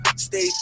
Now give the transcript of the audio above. Stay